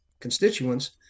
constituents